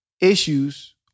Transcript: Issues